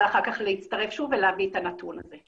אחר כך להצטרף שוב ולהביא את הנתון הזה.